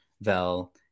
vel